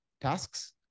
tasks